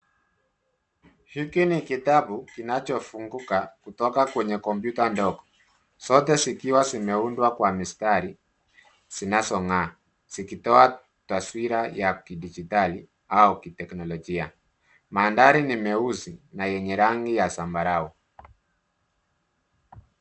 Hiki ni kitabu kinachofunguka kutoka kwenye kompyuta ndogo , zote zikiwa zimeundwa kwa mistari zinanazong'aa zikitoa taswira ya kidijitali au kiteknolojia. Mandhari ni meusi na yenye rangi ya zambarau .